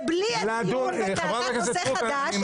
ובלי דיון בטענת נושא חדש,